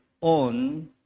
on